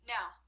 Now